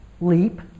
leap